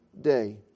day